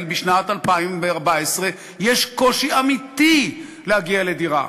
בשנת 2014 יש קושי אמיתי להגיע לדירה,